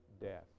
death